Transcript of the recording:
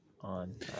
on